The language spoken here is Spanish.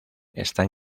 están